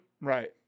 Right